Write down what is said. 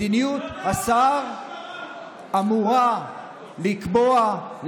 מדיניות השר אמורה לקבוע,